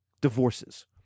divorces